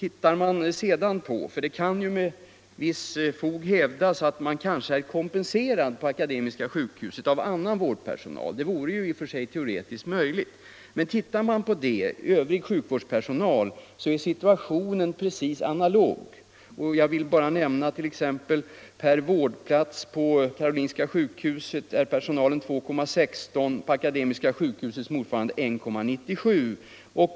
Det kan måhända med visst fog hävdas att man är kompenserad på Akademiska sjukhuset genom annan vårdpersonal — det vore i och för sig teoretiskt möjligt. Men ser man på siffrorna för övrig sjukvårdspersonal finner man att situationen är precis analog. Jag vill bara nämna att per vårdplats på Karolinska sjukhuset är personalsiffran härvidlag 2,16, på Akademiska sjukhuset 1,97.